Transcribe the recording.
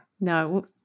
no